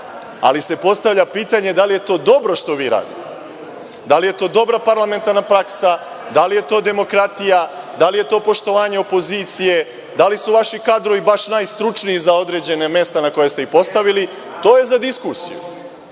ali se postavlja pitanje – da li je to dobro što vi radite? Da li je to dobra parlamentarna praksa? Da li je to demokratija? Da li je to poštovanje opozicije? Da li su vaši kadrovi baš najstručniji i za određena mesta na koje ste ih postavili? To je za diskusiju.